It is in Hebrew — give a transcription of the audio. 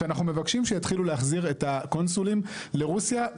שאנחנו מבקשים שיתחילו להחזיר את הקונסולים לרוסיה.